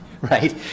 right